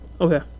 Okay